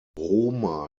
roma